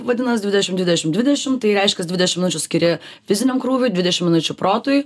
vadinas dvidešim dvidešim dvidešim tai reiškias dvidešim minučių skiri fiziniam krūviui dvidešim minučių protui